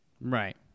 Right